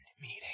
meeting